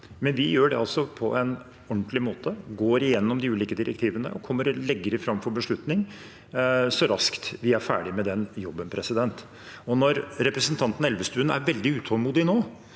Vi gjør altså dette på en ordentlig måte, går gjennom de ulike direktivene og kommer til å legge det fram for beslutning så snart vi er ferdig med den jobben. Når representanten Elvestuen nå er veldig utålmodig,